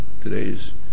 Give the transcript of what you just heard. today's